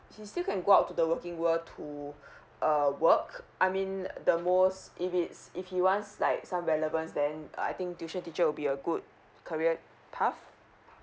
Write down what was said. he still can go out to the working world to err work I mean the most if it's if he wants like some relevance then uh I think tuition teacher will be a good career path